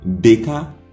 baker